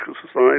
Society